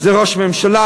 זה ראש הממשלה,